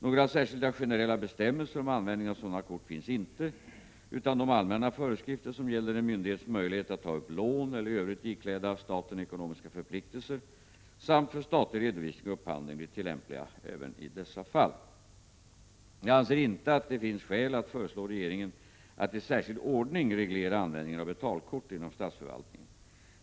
Några särskilda generella bestämmelser om användningen av sådana kort finns inte, utan de allmänna föreskrifter som gäller en myndighets möjlighet att ta upp lån eller i övrigt ikläda staten ekonomiska förpliktelser samt för statlig redovisning och upphandling blir tillämpliga även i dessa fall. Jag anser inte att det finns skäl att föreslå regeringen att i särskild ordning reglera användningen av betalkort inom statsförvaltningen.